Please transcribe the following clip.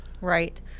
Right